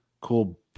cool